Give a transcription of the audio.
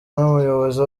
n’umuyobozi